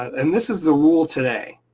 and this is the rule today,